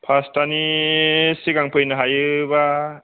फास्तानि सिगां फैनो हायोबा